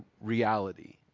reality